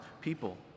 people